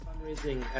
Fundraising